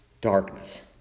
darkness